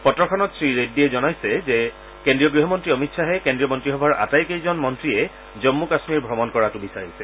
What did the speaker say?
পত্ৰখনত শ্ৰীৰেড্ডিয়ে জনাইছে যে কেন্দ্ৰীয় গ্হমন্ত্ৰী অমিত খাহে কেন্দ্ৰীয় মন্ত্ৰীসভাৰ আটাইকেইজন মন্ত্ৰীয়ে জন্মু কাশ্মীৰ ভ্ৰমণ কৰাটো বিচাৰিছে